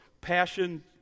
Passion